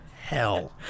hell